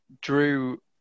Drew